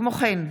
כמו כן,